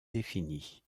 définis